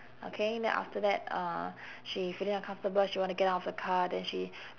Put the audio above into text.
okay then after that uh she feeling uncomfortable she wanna get out of the car then she